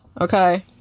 Okay